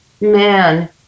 man